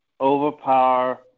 overpower